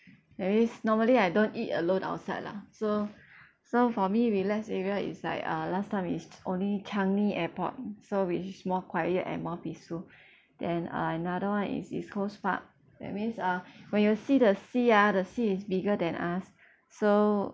there is normally I don't eat alone outside lah so so for me relax area is like uh last time it's only changi airport so which is more quiet and more peaceful then uh another one is east coast park that means uh when you see the sea ah the sea is bigger than us so